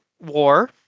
war